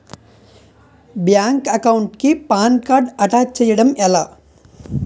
Bank account కి PAN card attach చేయడం ఎలా?